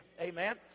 Amen